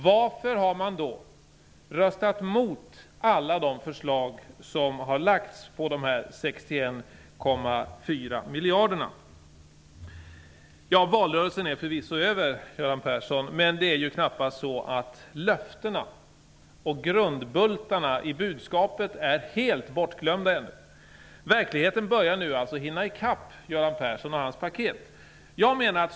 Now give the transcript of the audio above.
Varför har ni då röstat emot alla de förslag som har lagts fram på Valrörelsen är förvisso över, Göran Persson, men löftena och grundbultarna i budskapet är inte helt bortglömda ännu. Verkligheten börjar nu hinna i kapp Göran Persson och hans paket.